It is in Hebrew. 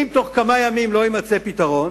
אם תוך כמה ימים לא יימצא פתרון,